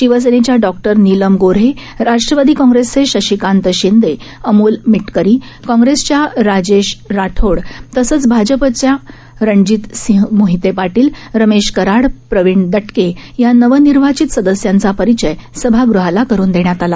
शिवसेनेच्या डॉ नीलम गोऱ्हे राष्ट्रवादी काँग्रेसचे शशिकांत शिंदे अमोल मिटकरी काँग्रेसचे राजेश राठोड तसंच भाजपच्या रणजित सिंह मोहिते पाटील रमेश कराड प्रवीण दटके या नवनिर्वाचित सदस्यांचा परिचय सभागृहाला करून देण्यात आला